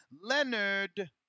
Leonard